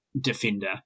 defender